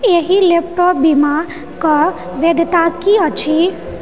एहि लैपटॉप बीमा के वैधता की अछि